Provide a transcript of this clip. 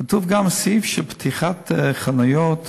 כתוב גם סעיף של פתיחת חנויות